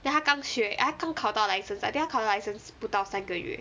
then 她刚学她刚考到 license I think 她考到 car license 不到三个月